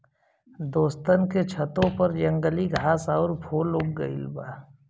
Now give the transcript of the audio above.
दोस्तन के छतों पर जंगली घास आउर फूल उग गइल बा